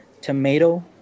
Tomato